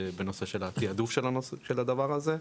בנושא של התיעדוף של הדבר הזה,